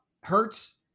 Hurts